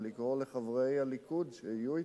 ולקרוא לחברי הליכוד שיהיו אתו.